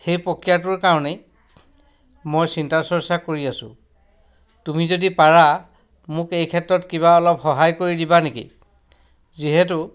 সেই প্ৰক্ৰিয়াটোৰ কাৰণেই মই চিন্তা চৰ্চা কৰি আছোঁ তুমি যদি পাৰা মোক এই ক্ষেত্ৰত কিবা অলপ সহায় কৰি দিবা নেকি যিহেতু